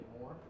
more